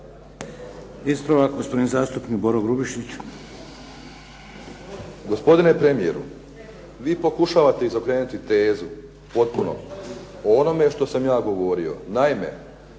Ispravak gospodin zastupnik Boro Grubišić. **Grubišić, Boro (HDSSB)** Gospodine premijeru, vi pokušavate izokrenuti tezu potpuno o onome što sam ja govorio. Naime,